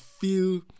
feel